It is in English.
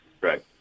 Right